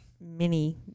mini